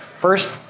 First